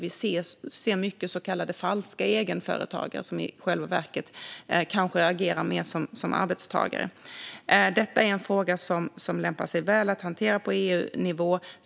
Vi ser många så kallade falska egenföretagare, som i själva verket kanske agerar mer som arbetstagare. Detta är en fråga som lämpar sig väl att hantera på EU-nivå.